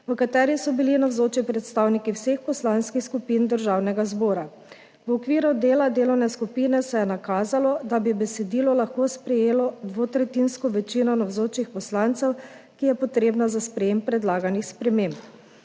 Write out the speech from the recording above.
v kateri so bili navzoči predstavniki vseh poslanskih skupin Državnega zbora. V okviru dela delovne skupine se je nakazalo, da bi besedilo lahko sprejelo dvotretjinsko večino navzočih poslancev, ki je potrebna za sprejetje predlaganih sprememb.